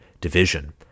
division